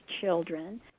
children